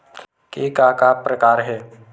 के का का प्रकार हे?